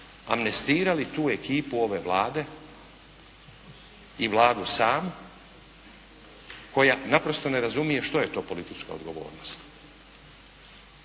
amnestirali tu ekipu ove Vlade i Vladu samu koja naprosto ne razumije što je to politička odgovornost.